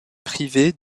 privé